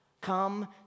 come